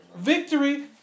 victory